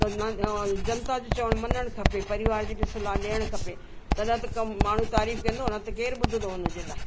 त मन जनता जो चवणु मञणु खपे परिवार जी बि सलाह ॾियणु खपे तॾहिं त कमु माण्हू तारीफ़ कंदो न त केरु ॿुधंदो उन जे लाइ